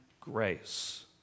grace